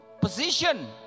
position